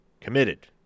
committed